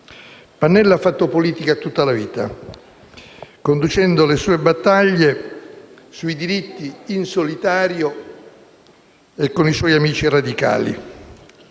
Pannella ha fatto politica tutta la vita conducendo le sue battaglie sui diritti in solitario e con i suoi amici radicali.